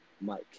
Mike